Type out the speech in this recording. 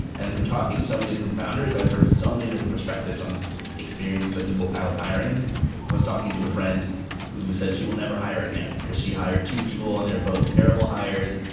and through talking to so many different founders, i've heard so many different perspectives on experiences that people have had with hiring. i was talking to a friend who said she will never hire again, because she hired two people on they're both terrible hires.